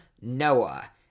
Noah